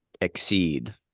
exceed